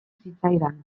zitzaidan